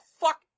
fuck